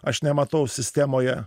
aš nematau sistemoje